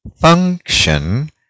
function